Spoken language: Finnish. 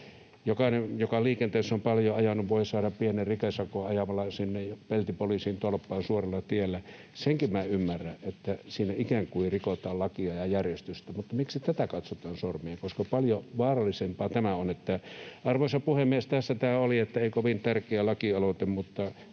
Jokainen, joka liikenteessä on paljon ajanut, voi saada pienen rikesakon ajamalla sinne peltipoliisitolppaan suoralla tiellä. Senkin minä ymmärrän, että siinä ikään kuin rikotaan lakia ja järjestystä, mutta miksi tätä katsotaan sor-mien läpi, koska paljon vaarallisempaa tämä on. Arvoisa puhemies! Tässä tämä oli. Ei kovin tärkeä lakialoite,